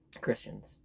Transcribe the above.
Christians